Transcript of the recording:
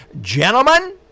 Gentlemen